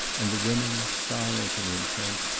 and the women, silent and intent,